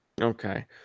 Okay